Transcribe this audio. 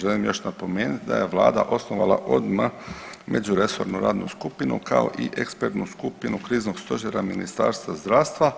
Želim još napomenuti da je vlada osnovala odmah međuresornu radnu skupinu i kao i ekspertnu skupinu kriznog stožera Ministarstva zdravstva